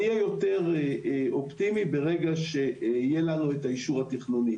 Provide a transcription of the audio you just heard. אני אהיה יותר אופטימי ברגע שיהיה לנו את האישור התכנוני.